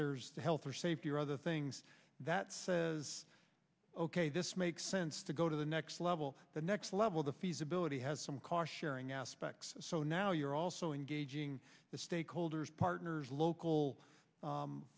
to health or safety or other things that says ok this makes sense to go to the next level the next level the feasibility has some caution erring aspects so now you're also engaging the stakeholders partners local